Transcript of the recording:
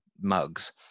mugs